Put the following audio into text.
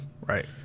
Right